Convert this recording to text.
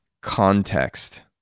context